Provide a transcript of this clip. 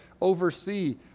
oversee